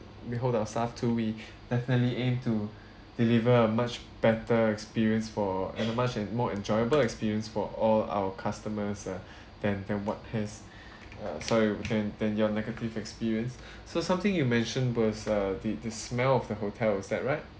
we hold ourselves to we definitely aim to deliver a much better experience for uh the much and more enjoyable experience for all our customers ah than than what has uh sorry than than your negative experience so something you mentioned was err the the smell of the hotel is that right